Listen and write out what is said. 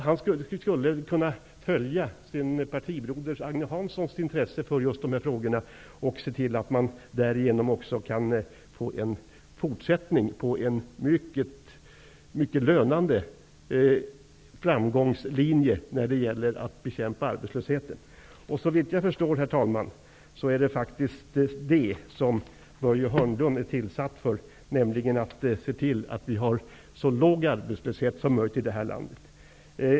Han skulle kunna följa sin partibroders Agne Hanssons intresse för dessa frågor och se till att man kunde få en fortsättning på en mycket lönande väg när det gäller att bekämpa arbetslösheten. Såvitt jag förstår, herr talman, är faktiskt Börje Hörnlund tillsatt för att se till att vi får en så låg arbetslöshet som möjligt i det här landet.